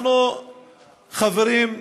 חברים,